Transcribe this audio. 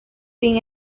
finn